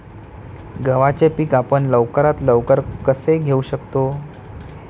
गव्हाचे पीक आपण लवकरात लवकर कसे घेऊ शकतो?